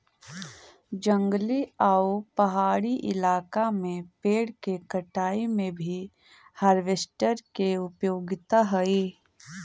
जंगली आउ पहाड़ी इलाका में पेड़ के कटाई में भी हार्वेस्टर के उपयोगिता हई